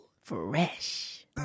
Fresh